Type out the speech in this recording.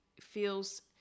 feels